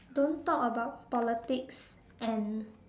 don't talk about politics and